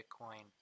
bitcoin